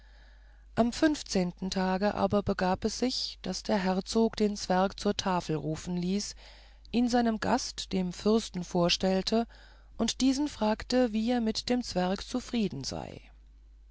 am fünfzehenten tag aber begab es sich daß der herzog den zwerg zur tafel rufen ließ ihn seinem gast dem fürsten vorstellte und diesen fragte wie er mit dem zwerg zufrieden sei